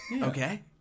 Okay